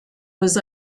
was